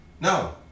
No